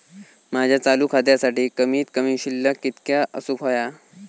माझ्या चालू खात्यासाठी कमित कमी शिल्लक कितक्या असूक होया?